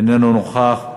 איננו נוכח.